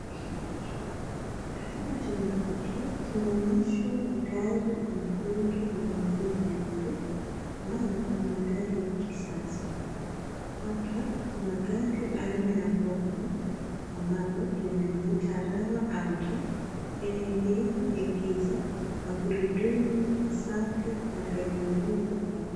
Katika chumba hiki tunaonyeshwa magari mekundu na mengine meupe ambaye ni magari ya kisasa. Hapa kuna gari aina ya Volvo ambalo linajiita, Rawa Auto lenye vioo vya giza, magurudumu masafi na gari lenyewe la kupendeza.